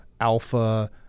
alpha